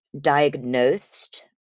diagnosed